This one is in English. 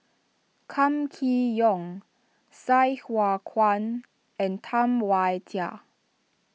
Kam Kee Yong Sai Hua Kuan and Tam Wai Jia